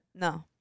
No